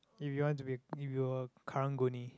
if you want to be if you were a Karang-Guni